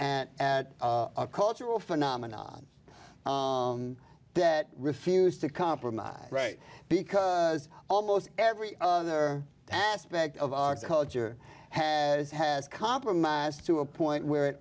at a cultural phenomenon that refused to compromise right because almost every other aspect of our culture has has compromised to a point where it